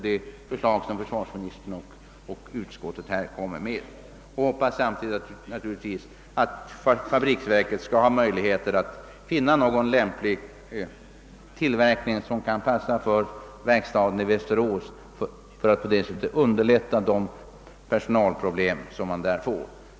Jag hälsar försvarsministerns och utskottets förslag med tillfredsställelse och hoppas att fabriksverket skall ha möjligheter att finna någon lämplig tillverkning för verkstaden i Västerås för att på det sättet underlätta de personalproblem som man där kommer att få.